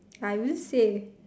I will say